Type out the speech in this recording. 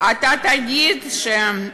אתה תגיד, לא,